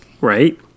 Right